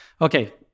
okay